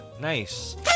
nice